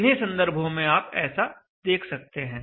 किन्हीं संदर्भों में आप ऐसा देख सकते हैं